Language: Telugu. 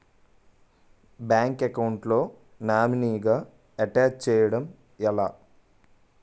బ్యాంక్ అకౌంట్ లో నామినీగా అటాచ్ చేయడం ఎలా?